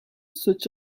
such